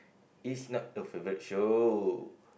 is not the favourite show